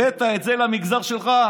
הבאת את זה למגזר שלך.